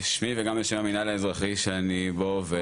אומר בשמי וגם בשם המינהל האזרחי שאני בו עובד,